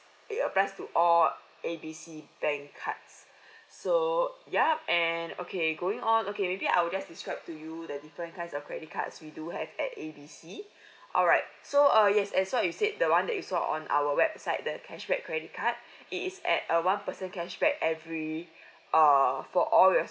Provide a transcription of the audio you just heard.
it applies to all A B C bank card so yup and okay going on okay maybe I'll just describe to you the different kinds of credit cards we do have at A B C alright so uh yes as what you said the one that you saw on our website that cashback credit card it's at a one percent cashback every err for all your